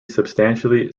substantially